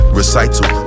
recital